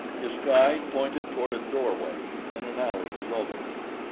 his guide pointed toward a doorway in an alley below them.